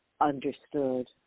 understood